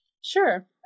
Sure